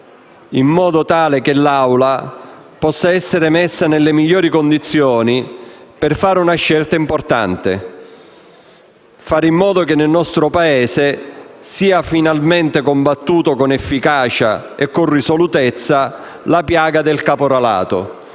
e mette l'Assemblea nelle migliori condizioni per fare una scelta importante: fare in modo che nel nostro Paese sia finalmente combattuta con efficacia e con risolutezza la piaga del caporalato,